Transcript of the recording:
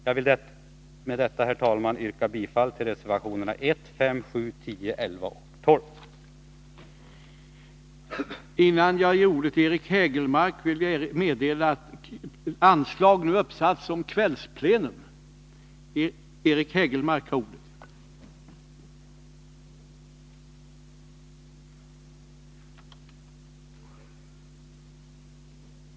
Jag vill med detta yrka bifall till reservationerna 1,5, 7,10, 11 och 12.